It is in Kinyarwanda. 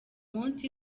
munsi